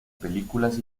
películas